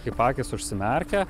kaip akys užsimerkia